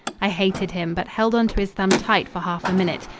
i hated him, but held on to his thumb tight for half a minute.